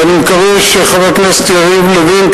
ואני מקווה שחבר הכנסת יריב לוין,